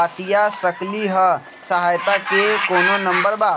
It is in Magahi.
बातिया सकली ह सहायता के कोनो नंबर बा?